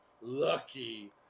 lucky